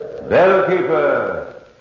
Bellkeeper